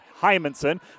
Hymanson